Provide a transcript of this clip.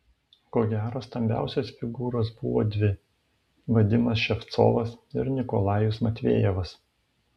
ko gero stambiausios figūros buvo dvi vadimas ševcovas ir nikolajus matvejevas